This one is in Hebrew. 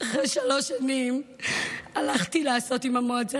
אחרי שלוש שנים הלכתי לעשות עם המועצה